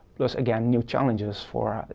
plus again, new challenges for,